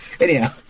anyhow